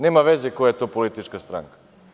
Nema veze koja je to politička stranka.